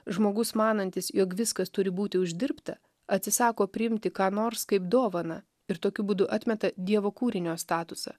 žmogus manantis jog viskas turi būti uždirbta atsisako priimti ką nors kaip dovaną ir tokiu būdu atmeta dievo kūrinio statusą